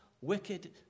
wicked